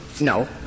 No